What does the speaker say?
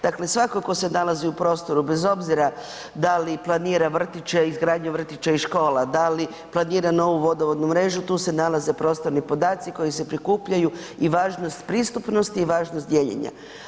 Dakle svako ko se nalazi u prostoru bez obzira da li planira vrtiće, izgradnje vrtića i škola, da li planira novu vodovodnu mrežu tu se nalazi prostorni podaci koji se prikupljaju i važnost pristupnosti i važnost dijeljenja.